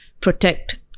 protect